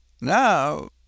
Now